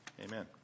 Amen